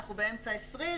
אנחנו באמצע 2020,